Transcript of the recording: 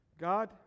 God